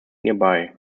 nearby